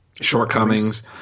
Shortcomings